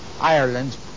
Ireland